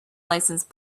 license